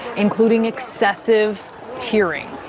including excessive tearing,